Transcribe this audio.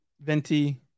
Venti